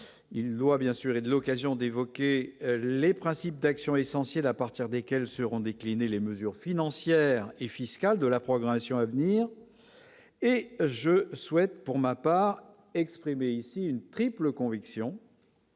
il doit bien sûr et de l'occasion d'évoquer les principes d'action essentielle à partir des seront déclinés les mesures financières et fiscales de la programmation à venir et je souhaite pour ma part exprimé ici une triple conviction.